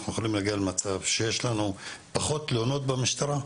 אנחנו יכולים להגיע למצב שיש לנו פחות תלונות במשטרה.